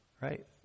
Right